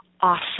awesome